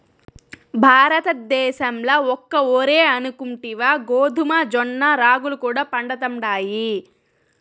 భారతద్దేశంల ఒక్క ఒరే అనుకుంటివా గోధుమ, జొన్న, రాగులు కూడా పండతండాయి